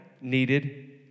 needed